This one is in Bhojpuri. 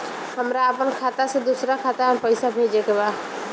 हमरा आपन खाता से दोसरा खाता में पइसा भेजे के बा